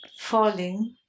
falling